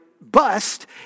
bust